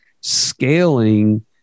scaling